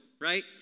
right